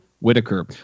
Whitaker